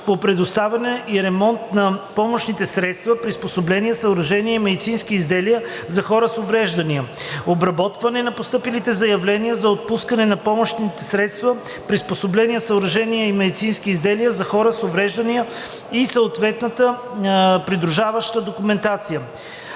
по предоставяне и ремонт на помощните средства, приспособления, съоръжения и медицински изделия за хора с увреждания; - обработване на постъпилите заявления за отпускане на помощните средства, приспособления, съоръжения и медицински изделия за хора с увреждания и съответната придружаваща документация;